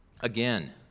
Again